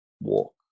walk